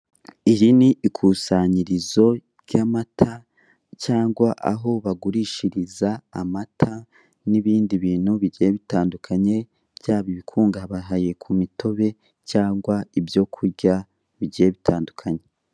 Iri ni ikusanyirizo ry'amata cyangwa aho bagurishiriza amata n'ibindi bintu bigiye bitandukanye byaba ibikungahaye ku mitobe cyangwa ibyo kurya bigiye bitandukanye.